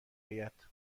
آید